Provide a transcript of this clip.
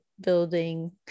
building